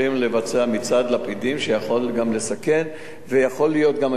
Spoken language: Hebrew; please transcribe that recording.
מצעד לפידים שיכול גם לסכן ויכול לקרות,